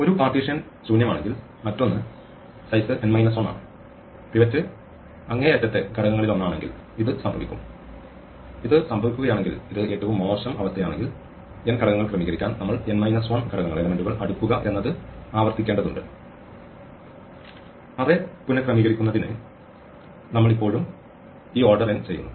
ഒരു പാർട്ടീഷൻ ശൂന്യമാണെങ്കിൽ മറ്റൊന്ന് വലുപ്പം n 1 ആണ് പിവറ്റ് അങ്ങേയറ്റത്തെ ഘടകങ്ങളിലൊന്നാണെങ്കിൽ ഇത് സംഭവിക്കും ഇത് സംഭവിക്കുകയാണെങ്കിൽ ഇത് ഏറ്റവും മോശം അവസ്ഥയാണെങ്കിൽ n ഘടകങ്ങൾ ക്രമീകരിക്കാൻ നമ്മൾ n 1 ഘടകങ്ങൾ അടുക്കുക എന്നത് ആവർത്തിക്കേണ്ടതുണ്ട് അറേ പുനക്രമീകരിക്കുന്നതിന് നമ്മൾ ഇപ്പോഴും ഈ ഓർഡർ n ചെയ്യുന്നു